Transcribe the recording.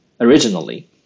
originally